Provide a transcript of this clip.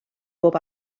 bob